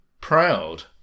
proud